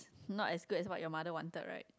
not as good as your mother wanted right